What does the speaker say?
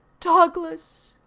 dogless,